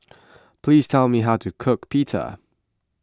please tell me how to cook Pita